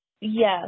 Yes